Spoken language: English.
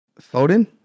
Foden